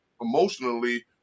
emotionally